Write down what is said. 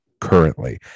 currently